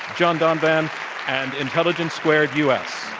john donvan and intelligence squared u. s.